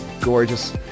gorgeous